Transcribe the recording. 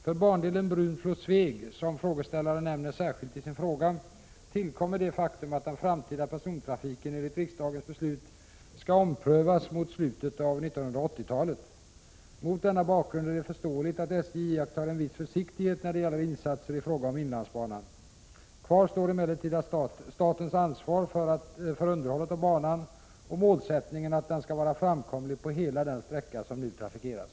För bandelen Brunflo Sveg, som frågeställaren nämner särskilt i sin fråga, tillkommer det faktum att den framtida persontrafiken enligt riksdagens beslut skall omprövas mot slutet av 1980-talet. Mot denna bakgrund är det förståeligt att SJ iakttar viss försiktighet när det gäller insatser i fråga om inlandsbanan. Kvar står emellertid statens ansvar för underhållet av banan och målsättningen att den skall vara framkomlig på hela den sträcka som nu trafikeras.